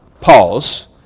Pause